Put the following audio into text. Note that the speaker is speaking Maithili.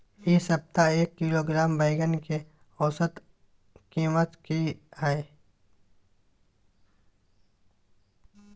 इ सप्ताह एक किलोग्राम बैंगन के औसत कीमत की हय?